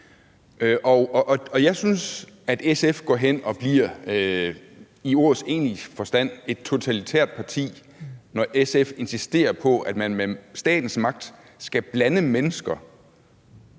Jeg synes, at SF går hen og bliver i ordets egentlige forstand et totalitært parti, når SF insisterer på, at man med statens magt skal blande mennesker,